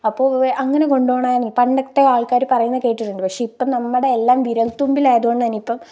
അപ്പോൾ അങ്ങനെ കൊണ്ടോണ പണ്ടത്തെ ആള്ക്കാർ പറയുന്നത് കേട്ടിട്ടുണ്ട് പക്ഷേ ഇപ്പം നമ്മുടെ എല്ലാം വിരല്ത്തുമ്പിൽ ആയതുകൊണ്ട് തന്നെ ഇപ്പം